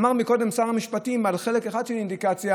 אמר קודם שר המשפטים על חלק אחד של אינדיקציה,